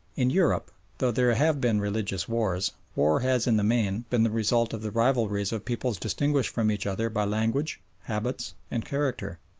in europe, though there have been religious wars, war has in the main been the result of the rivalries of peoples distinguished from each other by language, habits, and character.